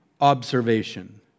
observation